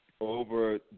over